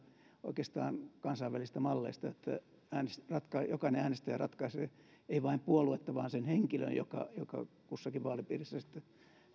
oikeastaan viety kansainvälisistä malleista pisimmälle jokainen äänestäjä ratkaisee ei vain puoluetta vaan sen henkilön joka joka kussakin vaalipiirissä sitten